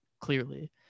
clearly